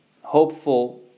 hopeful